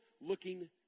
looking